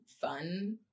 fun